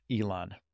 Elon